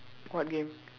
what game